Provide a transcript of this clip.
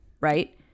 right